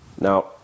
Now